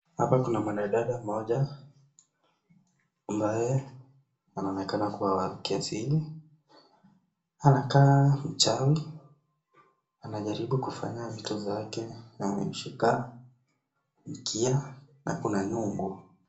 Hapa kunamwanadada mmoja ambaye anaonekana kuwa wa kiasili. Anakaa mchawi, anajaribu kufanya vitu zake. Ameshika mkia, na kuna nyungu.